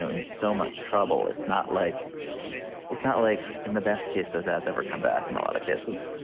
ah in so much trouble. it's not like it's not like in the best case, those ads ever come back in a lotta cases.